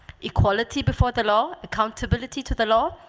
equality before the law, accountability to the law,